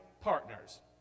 partners